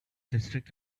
district